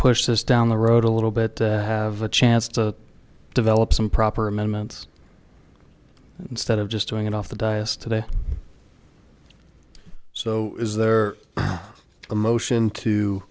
push this down the road a little bit have a chance to develop some proper amendments instead of just doing it off the dyess today so is there a motion to